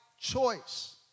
choice